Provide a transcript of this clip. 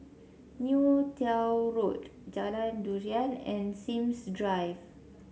Neo Tiew Road Jalan Durian and Sims Drive